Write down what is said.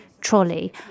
trolley